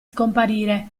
scomparire